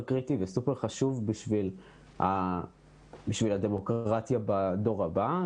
קריטי וסופר חשוב בשביל הדמוקרטיה בדור הבא,